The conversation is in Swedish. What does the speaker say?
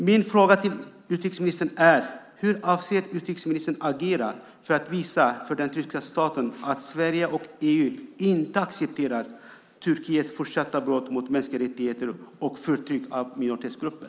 Min fråga till utrikesministern är: Hur avser utrikesministern att agera för att visa för den turkiska staten att Sverige och EU inte accepterar Turkiets fortsatta brott mot mänskliga rättigheter och förtryck av minoritetsgrupper?